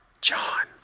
John